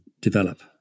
develop